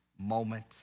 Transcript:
moment